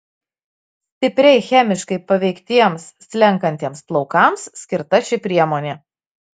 stipriai chemiškai paveiktiems slenkantiems plaukams skirta ši priemonė